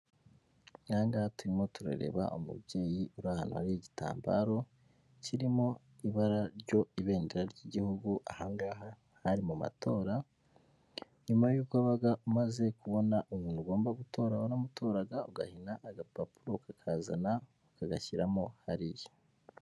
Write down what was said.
Ahangaha turimo turareba umubyeyi uri ahantu hari igitambaro kirimo ibara ryo ibendera ry'igihugu, aha ngaha hari mu matora, nyuma y'uko wabaga umaze kubona umuntu ugomba gutora waramutoraga, ugahina agapapuro ukakazana ukagashyiramo hariya.